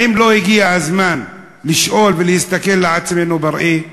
האם לא הגיע הזמן לשאול ולהסתכל על עצמנו בראי?